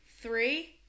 three